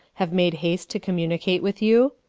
have made haste to communicate with you?